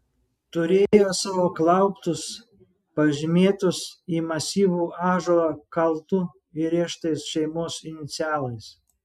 turėjo savo klauptus pažymėtus į masyvų ąžuolą kaltu įrėžtais šeimos inicialais